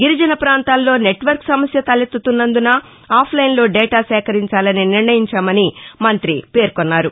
గిరిజన ప్రాంతాల్లో network సమస్య తలెత్తున్నందున ఆఫ్ లైన్ లో డేటా సేకరించాలని నిర్ణయించామని మంతి పేర్కొన్నారు